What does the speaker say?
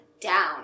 down